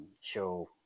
show